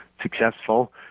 successful